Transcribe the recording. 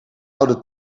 oude